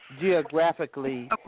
geographically